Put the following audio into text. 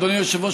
אדוני היושב-ראש,